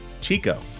Chico